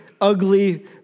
ugly